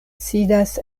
sidas